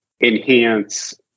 enhance